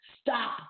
stop